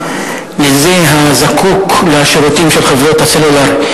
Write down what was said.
לזה הזקוק לשירותים של חברות הסלולר,